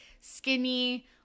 skinny